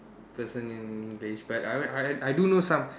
person in English but I I I do know some